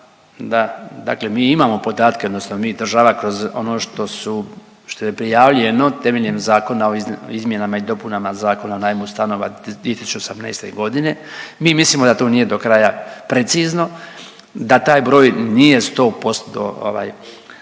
dakle mi imamo podatke odnosno mi država kroz ono što su, što je prijavljeno temeljem Zakona o izmjenama i dopunama Zakona o najmu stanova iz 2018. godine. Mi mislimo da to nije do kraja precizno, da taj broj nije 100%